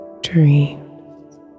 dreams